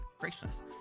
gracious